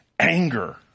Anger